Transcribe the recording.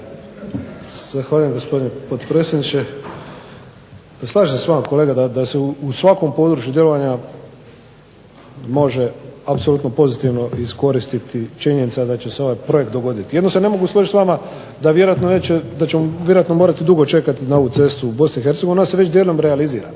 Zahvaljujem gospodine potpredsjedniče. Slažem se sa vama kolega da se u svakom području djelovanja može apsolutno pozitivno iskoristiti činjenica da će se ovaj projekt dogoditi. Jedino se ne mogu složiti sa vama da ćemo vjerojatno morati dugo čekati na ovu cestu u Bosni i Hercegovini. Ona se već dijelom realizira.